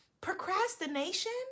procrastination